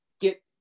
get